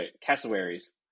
cassowaries